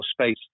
space